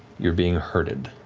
you're being herded,